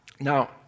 Now